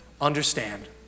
understand